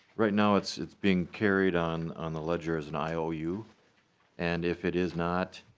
right now it's it's being carried on on the ledgers an iou and if it is not.